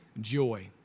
joy